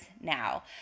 now